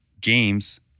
games